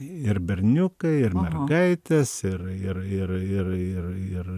ir berniukai ir mergaitės ir ir ir ir ir ir